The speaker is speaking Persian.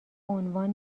عنوان